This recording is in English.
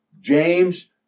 James